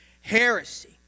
heresy